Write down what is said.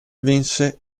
vinse